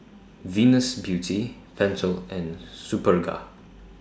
Venus Beauty Pentel and Superga